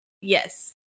Yes